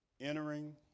entering